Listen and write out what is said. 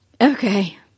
Okay